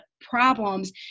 problems